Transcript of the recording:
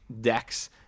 decks